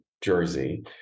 Jersey